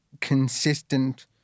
consistent